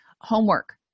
homework